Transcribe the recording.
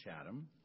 Chatham